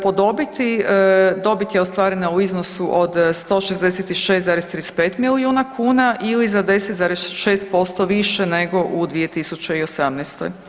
Po dobiti, dobit je ostvarena u iznosu od 166,35 milijuna kuna ili za 10,6% više nego u 2018.